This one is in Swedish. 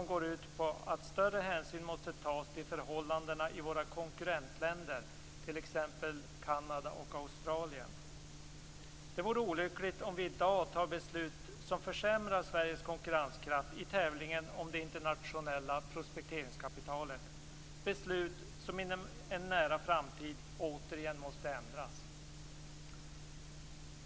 De går ut på att större hänsyn måste tas till förhållandena i våra konkurrentländer, t.ex. Kanada och Australien. Det vore olyckligt om vi i dag fattar beslut som försämrar Sveriges konkurrenskraft i tävlingen om det internationella prospekteringskapitalet - beslut som inom en nära framtid återigen måste ändras.